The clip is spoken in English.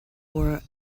were